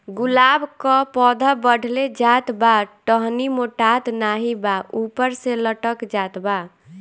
गुलाब क पौधा बढ़ले जात बा टहनी मोटात नाहीं बा ऊपर से लटक जात बा?